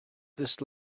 this